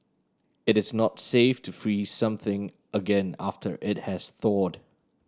it is not safe to freeze something again after it has thawed